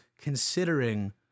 considering